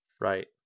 right